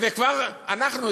וכבר אנחנו,